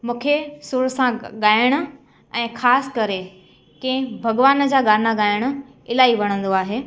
मूंखे सुर सां ग ॻाइणु ऐं ख़ासि करे कंहिं भॻवान जा गाना ॻाइणु इलाही वणंदो आहे